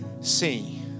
See